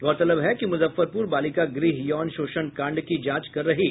गौरतलब है कि मुजफ्फरपुर बालिका गृह यौन शोषण कांड की जांच कर रही है